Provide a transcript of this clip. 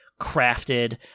crafted